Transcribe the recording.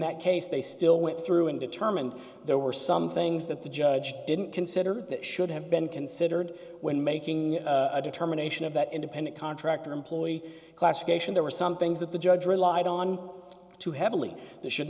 that case they still went through and determined there were some things that the judge didn't consider that should have been considered when making a determination of that independent contractor employee classification there were some things that the judge relied on too heavily the should